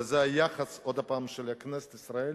וזה היחס, עוד הפעם, של כנסת ישראל